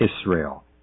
Israel